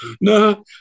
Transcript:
no